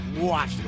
Watch